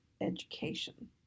education